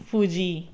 Fuji